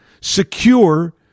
secure